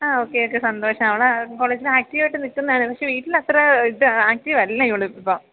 okay okay സന്തോഷം അവള് കോളേജില് ആക്ടിവായിട്ട് നില്ക്കുന്നതാണ് പക്ഷേ വീട്ടില് അത്ര ഇത് ആക്ടിവല്ല ഇവളിപ്പം